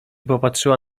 popatrzyła